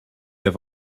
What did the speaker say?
have